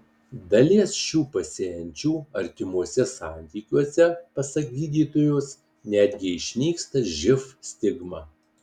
dalies šių pacienčių artimuose santykiuose pasak gydytojos netgi išnyksta živ stigma